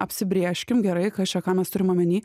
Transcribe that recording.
apsibrėžkim gerai kas čia ką mes turim omeny